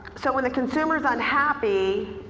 so when the consumer's unhappy,